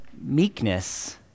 meekness